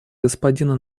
господина